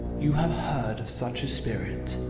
you have heard of such a spirit,